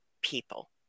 people